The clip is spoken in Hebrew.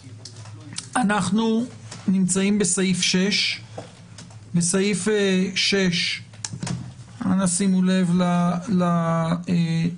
אנחנו נמצאים בסעיף 6. שימו לב לניסוחים.